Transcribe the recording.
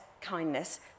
kindness